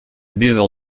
buveur